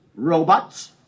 Robots